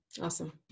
Awesome